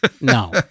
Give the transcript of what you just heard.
No